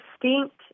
distinct